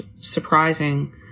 surprising